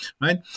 right